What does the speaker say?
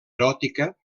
eròtica